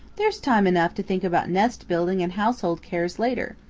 there's time enough to think about nest-building and household cares later.